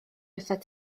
wrthat